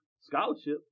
scholarship